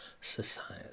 society